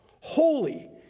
holy